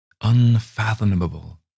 Unfathomable